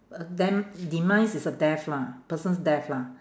a dem~ demise is a death lah person's death lah